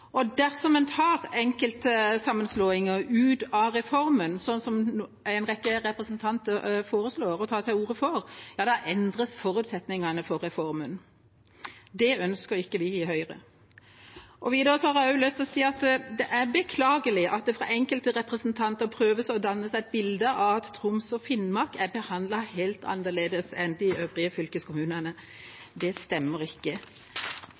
Dersom en tar enkelte sammenslåinger ut av reformen, slik en rekke representanter foreslår og tar til orde for, endres forutsetningene for reformen. Det ønsker ikke vi i Høyre. Videre har jeg også lyst til å si at det fra enkelte representanters side prøves dannet et bilde av at Troms og Finnmark er behandlet helt annerledes enn de øvrige fylkeskommunene. Det stemmer ikke.